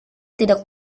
tidak